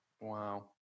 Wow